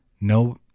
no